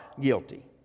guilty